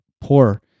poor